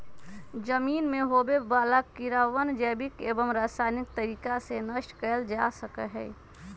जमीन में होवे वाला कीड़वन जैविक एवं रसायनिक तरीका से नष्ट कइल जा सका हई